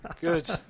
Good